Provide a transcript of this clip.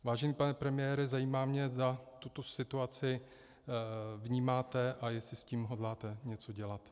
Vážený pane premiére, zajímá mě, zda tuto situaci vnímáte a jestli s tím hodláte něco dělat.